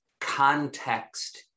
context-